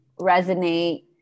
resonate